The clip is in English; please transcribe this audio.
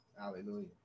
Hallelujah